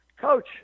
Coach